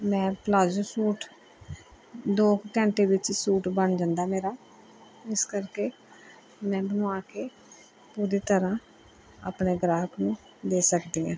ਮੈਂ palazzo suit ਦੋ ਕੁ ਘੰਟੇ ਵਿੱਚ ਸੂਟ ਬਣ ਜਾਂਦਾ ਮੇਰਾ ਇਸ ਕਰਕੇ ਮੈਨੂੰ ਆ ਕੇ ਪੂਰੀ ਤਰ੍ਹਾਂ ਆਪਣੇ ਗਾਹਕ ਨੂੰ ਦੇ ਸਕਦੀ ਹਾਂ